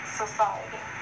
society